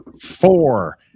four